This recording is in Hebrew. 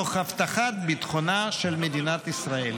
תוך הבטחת ביטחונה של מדינת ישראל.